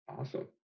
awesome